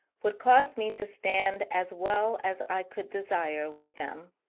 would cause me to stand as well as i could desire with them.